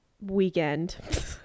weekend